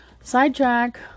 sidetrack